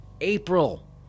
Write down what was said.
April